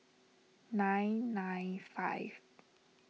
nine nine five